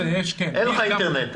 אין לך אינטרנט?